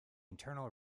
internal